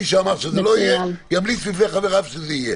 כמי שאמר שזה לא יהיה, ימליץ בפני חבריו שזה יהיה.